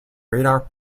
radar